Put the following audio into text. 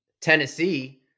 Tennessee